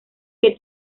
que